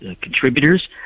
contributors